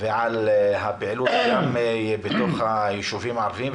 ועל הפעילות גם בתוך היישובים הערביים.